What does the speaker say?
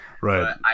Right